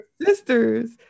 sisters